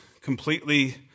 completely